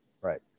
Right